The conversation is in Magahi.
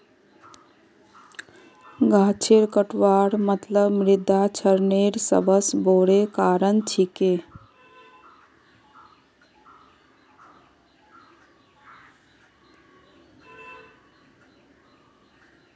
गाछेर कटवार मतलब मृदा क्षरनेर सबस बोरो कारण छिके